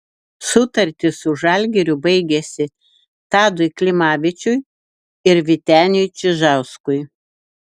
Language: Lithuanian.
sutartys su žalgiriu baigėsi tadui klimavičiui ir vyteniui čižauskui